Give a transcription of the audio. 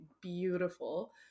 beautiful